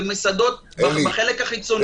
במסעדות בחלק החיצוני,